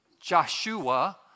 Joshua